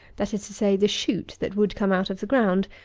that is to say, the shoot that would come out of the ground,